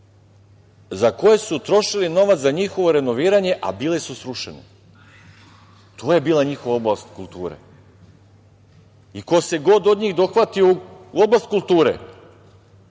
za koje su trošili novac za njihovo renoviranje, a bile su srušene. To je bila njihova oblast kulture. Ko se god od njih dohvati u oblast kulture,